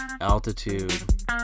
altitude